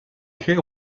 care